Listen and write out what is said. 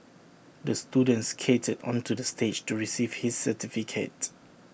the student skated onto the stage to receive his certificate